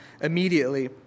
immediately